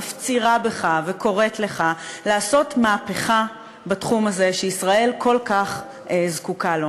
מפצירה בך וקוראת לך לעשות מהפכה בתחום הזה שישראל כל כך זקוקה לו.